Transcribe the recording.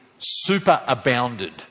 superabounded